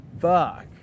fuck